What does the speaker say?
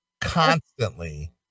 constantly